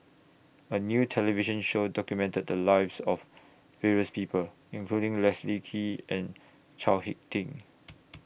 A New television Show documented The Lives of various People including Leslie Kee and Chao Hick Tin